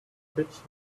bitch